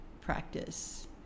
practice